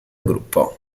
gruppo